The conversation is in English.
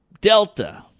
Delta